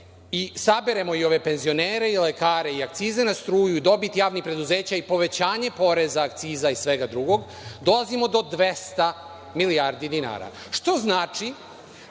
i saberemo i ove penzionere i lekare i akcize na struju i dobit javnih preduzeća i povećanje poreza, akciza i svega drugog, dolazimo do 200 milijardi dinara. To znači